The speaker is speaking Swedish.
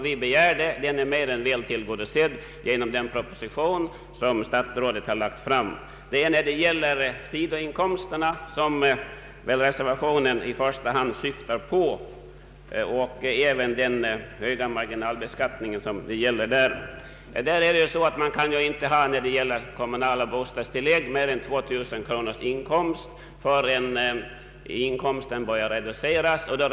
Vad reservationen närmast syftar på är sidoinkomsterna och den höjda marginalbeskattning som drabbar dem. När det gäller kommunala bostadstillägg börjar en reducering redan vid en inkomst av 2000 kronor.